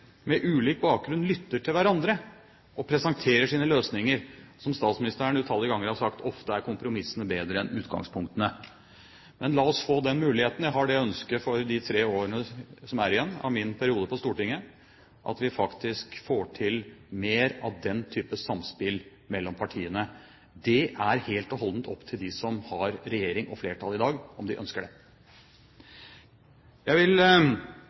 med ulik bakgrunn lytter til hverandre og presenterer sine løsninger. Som statsministeren utallige ganger har sagt: Ofte er kompromissene bedre enn utgangspunktene. Men la oss få den muligheten. Jeg har det ønsket for de tre årene som er igjen av min periode på Stortinget, at vi faktisk får til mer av den typen samspill mellom partiene. Det er helt og holdent opp til dem som har regjering og flertall i dag, om de ønsker det. Jeg vil